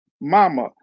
Mama